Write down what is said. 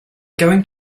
going